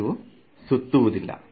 ಅದು ಸುತ್ತುವುದಿಲ್ಲ